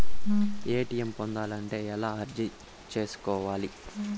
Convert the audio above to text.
ATM పొందాలంటే ఎలా అర్జీ సేసుకోవాలి?